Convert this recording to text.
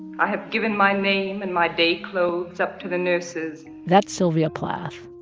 i have given my name and my day clothes up to the nurses that's sylvia plath.